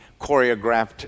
choreographed